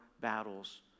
battles